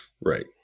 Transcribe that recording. right